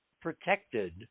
protected